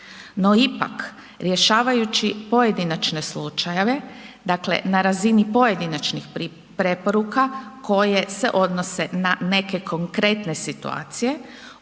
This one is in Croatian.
No ipak, rješavajući pojedinačne slučajeve, dakle na razini pojedinačnih preporuka koje se odnose na neke konkretne situacija,